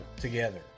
together